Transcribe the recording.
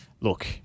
look